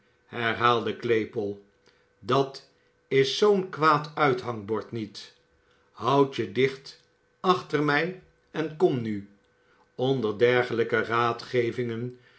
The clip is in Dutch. herhaalde claypole dat is zoo'n kwaad uithangbord niet houd je dicht achter mij en kom nu onder dergelijke raadgevingen